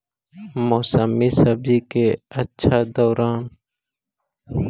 मौसमी सब्जि के अच्छा पैदावार से बजार में सब्जि के उपलब्धता बढ़ जा हई